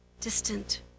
distant